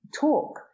talk